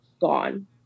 gone